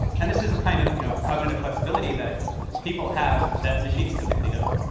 and this is a kind of you know cognitive flexibility that people have that machines typically don't.